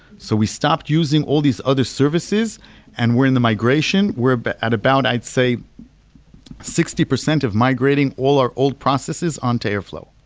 so we stopped using all these other services and we're in the migration. we're but at about i'd say sixty percent of migrating all our old processes onto airflow